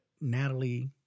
Natalie